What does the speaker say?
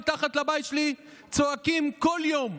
מתחת לבית שלי צועקים בכל יום.